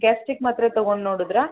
gastric ಮಾತ್ರೆ ತೊಗೊಂಡು ನೋಡಿದ್ರಾ